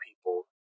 people